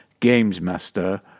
gamesmaster